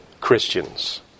Christians